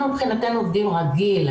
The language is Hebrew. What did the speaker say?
אנחנו עובדים רגיל.